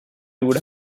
would